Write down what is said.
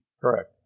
Correct